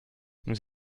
nous